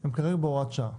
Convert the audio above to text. הם קבועים בהוראת שעה.